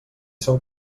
són